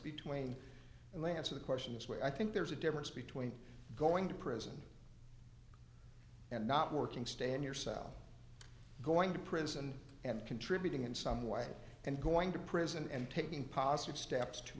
they answer the questions where i think there's a difference between going to prison and not working stay in your cell going to prison and contributing in some way and going to prison and taking positive steps to